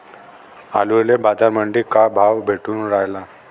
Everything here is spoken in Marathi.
आलूले बाजारामंदी काय भाव भेटून रायला?